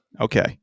Okay